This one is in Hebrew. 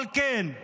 אבל כן,